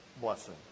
blessing